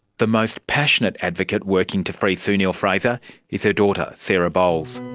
the most passionate advocate working to free sue neill-fraser is her daughter sarah bowles.